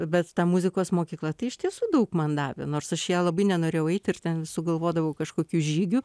bet ta muzikos mokykla tai iš tiesų daug man davė nors aš į ją labai nenorėjau eiti ir ten sugalvodavau kažkokių žygių